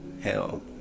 Hell